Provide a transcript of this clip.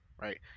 right